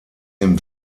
dem